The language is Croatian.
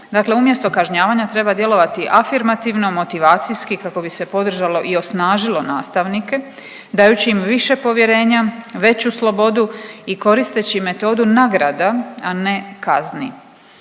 Dakle, umjesto kažnjavanja treba djelovati afirmativno, motivacijski kako bi se podržalo i osnažilo nastavnike dajući im više povjerenja, veću slobodu i koristeći metodu nagrada a ne kazni.